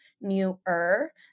newer